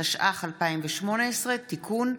התשע"ח 2018 (תיקון),